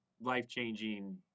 life-changing